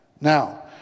Now